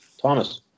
Thomas